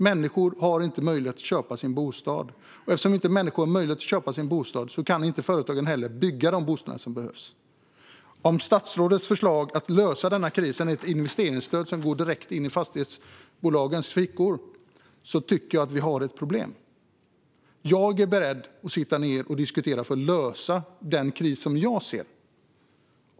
Människor har inte möjlighet att köpa sin bostad, och eftersom de inte har det kan företagen heller inte bygga de bostäder som behövs. Om statsrådets förslag att lösa denna kris är ett investeringsstöd som går direkt in i fastighetsbolagens fickor tycker jag att vi har ett problem. Jag är beredd att sitta ned och diskutera hur vi kan lösa den kris som jag ser.